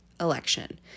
election